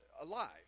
alive